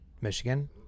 Michigan